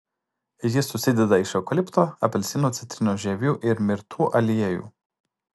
jis susideda iš eukalipto apelsinų citrinų žievių ir mirtų aliejų